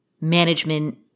management